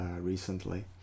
recently